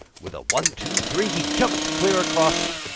with a one, two, three! he jumped clear across it.